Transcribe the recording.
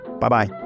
Bye-bye